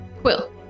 Quill